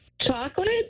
Chocolate